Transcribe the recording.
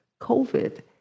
COVID